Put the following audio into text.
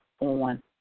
on